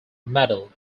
medal